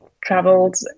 traveled